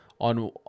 On